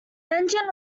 engine